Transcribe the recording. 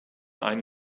einen